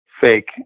fake